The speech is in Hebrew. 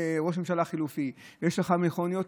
ראש ממשלה חלופי ויש לך מכוניות,